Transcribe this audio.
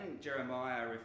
Jeremiah